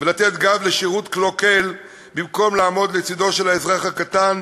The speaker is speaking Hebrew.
ולתת גב לשירות קלוקל במקום לעמוד לצדו של האזרח הקטן,